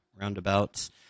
roundabouts